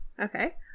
Okay